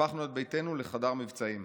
הפכנו את ביתנו לחדר מבצעים.